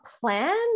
plan